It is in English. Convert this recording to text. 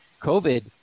COVID